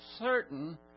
certain